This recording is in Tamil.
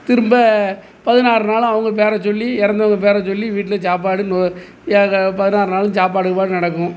திரும்ப பதினாறு நாளும் அவங்க பெயர சொல்லி இறந்தவங்க பெயர சொல்லி வீட்டில் சாப்பாடு நொ எதா பதினாறு நாளும் சாப்பாடு கீப்பாடு நடக்கும்